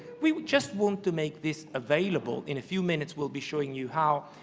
we just want to make this available. in a few minutes, we'll be showing you how.